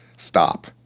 stop